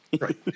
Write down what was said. right